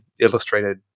illustrated